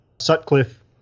Sutcliffe